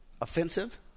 offensive